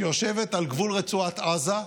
שיושבת על גבול רצועת עזה,